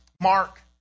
Mark